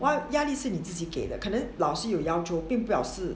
what 压力是你自己给的可能老师有要求并不表示